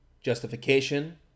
justification